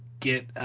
get